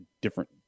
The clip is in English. different